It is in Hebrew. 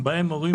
בהם הורים